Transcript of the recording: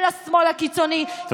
של השמאל הקיצוני,